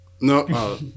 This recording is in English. No